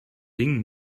ding